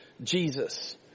Jesus